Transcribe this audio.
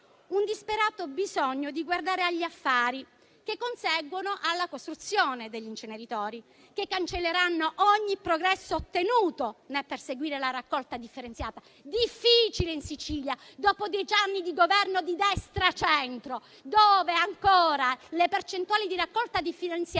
un disperato bisogno di guardare agli affari che conseguono alla costruzione degli inceneritori, che cancelleranno ogni progresso ottenuto nel perseguire la raccolta differenziata. Una raccolta difficile in Sicilia, dopo dieci anni di Governo di centrodestra. Ricordo infatti che le percentuali di raccolta differenziata